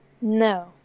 No